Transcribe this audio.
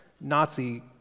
Nazi